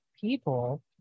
people